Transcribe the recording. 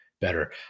better